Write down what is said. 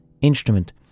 instrument